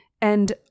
and